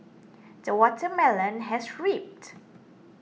the watermelon has ripened